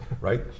right